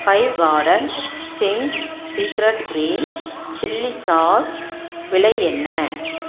five garden Ching's secret green chilli sauce விலை என்ன